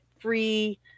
Free